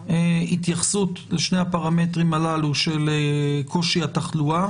התייחסות לשני הפרמטרים הללו של קושי התחלואה